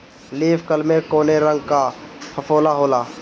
Leaf curl में कौने रंग का फफोला होला?